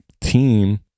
team